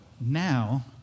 now